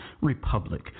Republic